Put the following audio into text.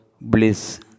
bliss